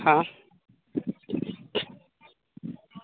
हा